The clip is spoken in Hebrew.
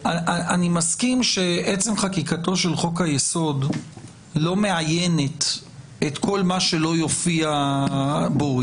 אני מסכים שעצם חקיקתו של חוק היסוד לא מאיינת את כל מה שלא יופיע בו.